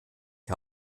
die